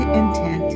intent